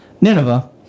Nineveh